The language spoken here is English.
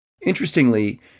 Interestingly